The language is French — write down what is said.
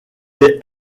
est